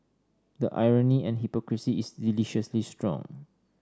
the irony and hypocrisy is deliciously strong